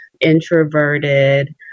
introverted